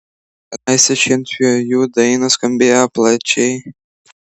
kadaise šienpjovių dainos skambėjo plačiai